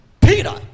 Peter